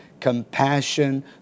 compassion